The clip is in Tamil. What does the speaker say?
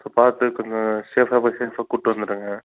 ஸோ பார்த்து கொஞ்சம் சேஃப்பாக போய் சேஃப்பாக கூப்பிட்டு வந்துவிடுங்க